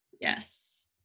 Yes